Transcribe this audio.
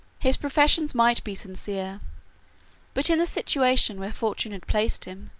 his professions might be sincere but in the situation where fortune had placed him,